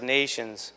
nations